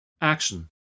Action